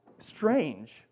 strange